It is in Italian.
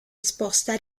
esposta